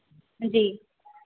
जी